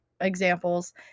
examples